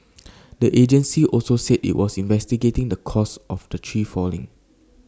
the agency also said IT was investigating the cause of the tree falling